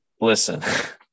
listen